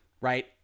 right